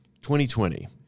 2020